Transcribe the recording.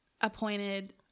appointed